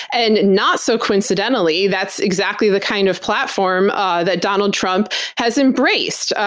and not so coincidentally, that's exactly the kind of platform that donald trump has embraced.